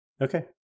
Okay